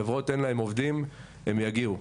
חברות אין להם עובדים, הם יגיעו.